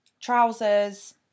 Trousers